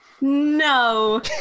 No